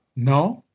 no.